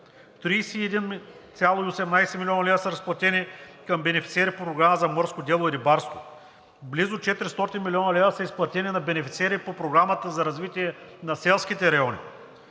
31,18 млн. лв. са разплатени към бенефициери по Програмата за морско дело и рибарство. Близо 400 млн. лв. са изплатени на бенефициери по Програмата за развитие на селските райони.